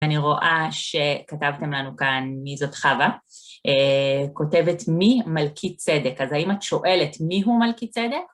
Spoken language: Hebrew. אני רואה שכתבתם לנו כאן, מי זאת חווה, כותבת "מי מלכי-צדק", אז האם את שואלת מי הוא מלכי-צדק?